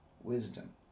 wisdom